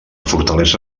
fortalesa